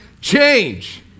Change